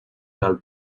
del